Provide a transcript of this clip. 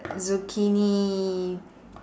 zucchini